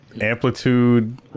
Amplitude